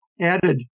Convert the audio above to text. added